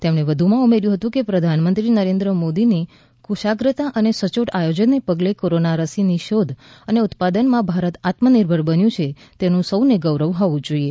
તેમણે વધુમાં ઉમેર્યું હતુ કે પ્રધાનમંત્રી નરેન્દ્ર મોદીની કુશાગ્રતા અને સયોટ આયોજનને પગલે કોરોના રસીની શોધ અને ઉત્પાદનમાં ભારત આત્મ નિર્ભર બન્યું છે તેનું સૌને ગૌરવ હોવું જોઈએ